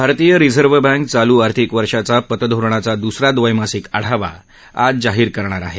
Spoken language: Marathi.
भारतीय रिझर्व्ह बँक चालू आर्थिक वर्षाच्या पतधोरणाचा द्सरा द्वैमासिक आढावा आज जाहीर करणार आहे